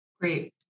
Great